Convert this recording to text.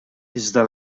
iżda